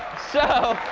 so